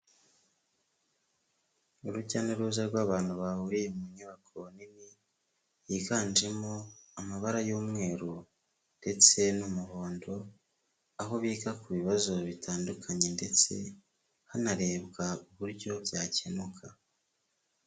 Urujya n'uruza rw'abantu bahuriye mu nyubako nini, yiganjemo amabara y'umweru ndetse n'umuhondo aho biga ku bibazo bitandukanye ndetse hanarebwa uburyo byakemuka.